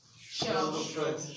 Show